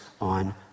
on